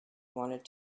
wanted